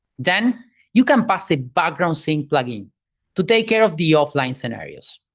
then you can pass the background sync plugin to take care of the offline scenarios.